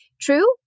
True